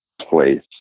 place